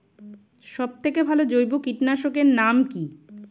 সব থেকে ভালো জৈব কীটনাশক এর নাম কি?